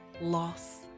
loss